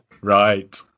Right